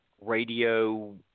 radio